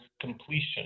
completion